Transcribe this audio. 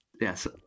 yes